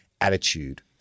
attitude